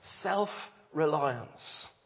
self-reliance